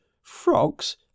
frogs